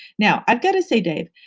now, i've gotta save dave.